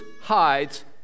hides